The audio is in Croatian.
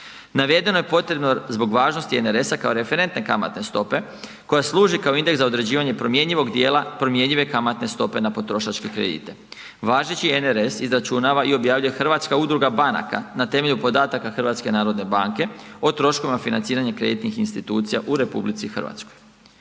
Navedeno je potrebno zbog važnost NRS-a kao referentne kamatne stope koja služi kao indeks za određivanje promjenjivog djela promjenjive kamatne stope na potrošačke kredite. Važeći NRS izračunava i objavljuje Hrvatska udruga banaka na temelju podataka na temelju podataka HNB-a o troškovima financiranja kreditnih institucija u RH. I na kraju,